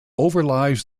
overlies